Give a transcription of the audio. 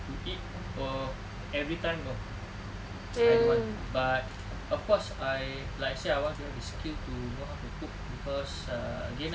to eat for every time no I don't want but of course I like I said I want to have the skill to know how to cook cause uh again ah